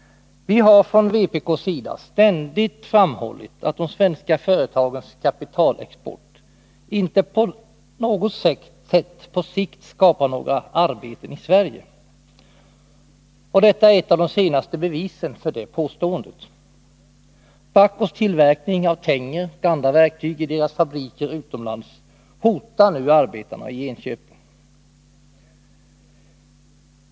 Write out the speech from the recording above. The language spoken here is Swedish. Vi har från vpk:s sida ständigt framhållit att de svenska företagens kapitalexport inte på något sätt på sikt skapar några arbetstillfällen i Sverige. Detta är ett av de senaste bevisen för det påståendet. Bahcos tillverkning av tänger och andra verktyg i dess fabriker utomlands hotar nu arbetarna i Enköping.